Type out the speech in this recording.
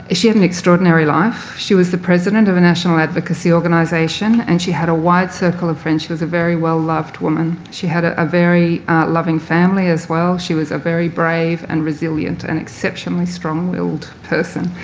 she had an extraordinary life. she was the president of a national advocacy organisation and she had a wide circle of friends. she was a very well loved woman. she had a a very loving family as well. she was a very brave and resilient and exceptionally strongwilled person.